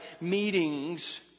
meetings